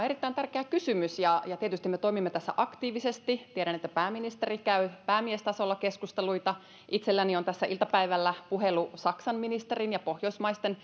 erittäin tärkeä kysymys ja ja tietysti me toimimme tässä aktiivisesti tiedän että pääministeri käy päämiestasolla keskusteluita itselläni on tässä iltapäivällä puhelu saksan ministerin ja pohjoismaisten